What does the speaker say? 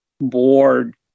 board